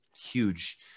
huge